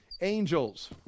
angels